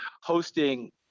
hosting